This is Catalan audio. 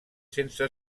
sense